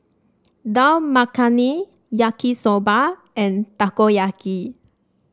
Dal Makhani Yaki Soba and Takoyaki